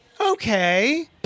Okay